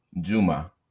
Juma